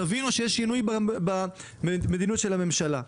תבינו שיש שינוי במדיניות של הממשלה.